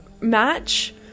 match